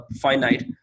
finite